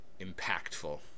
impactful